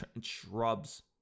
shrubs